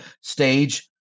stage